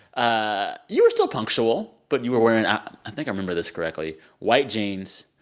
ah you were still punctual but you were wearing i think i remember this correctly white jeans,